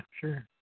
sure